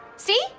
See